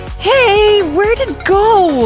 hey, where'd it go?